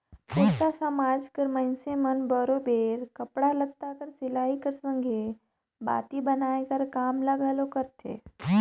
कोस्टा समाज कर मइनसे मन बरोबेर कपड़ा लत्ता कर सिलई कर संघे बाती बनाए कर काम ल घलो करथे